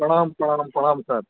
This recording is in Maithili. प्रणाम प्रणाम प्रणाम की हालचाल